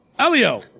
Elio